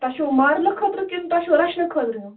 تۄہہِ چھُوا مارنہٕ خٲطرٕ کِن تۄہہِ چھُو رَچھنہٕ خٲطرٕ یِم